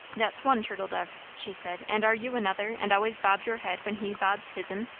that's one turtle dove, she said. and are you another, and always bob your head when he bobs his'n?